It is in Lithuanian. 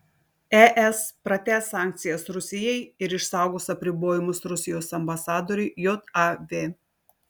es pratęs sankcijas rusijai ir išsaugos apribojimus rusijos ambasadoriui jav